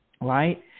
right